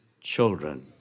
children